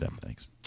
Thanks